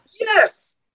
Yes